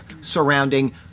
surrounding